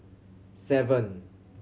seven